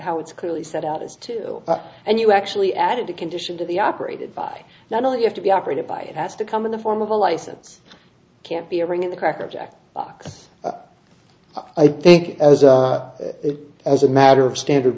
how it's clearly set out as to and you actually added a condition to the operated by not only have to be operated by it has to come in the form of a license can't be a ring in the cracker jack box i think as a as a matter of standard